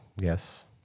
Yes